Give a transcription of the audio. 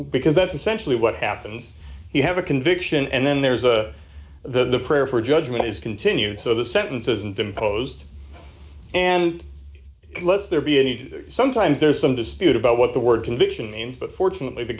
because that's essentially what happens you have a conviction and then there's a the prayer for judgment is continued so the sentence isn't imposed and let there be any sometimes there's some dispute about what the word conviction means but fortunately the